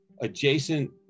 adjacent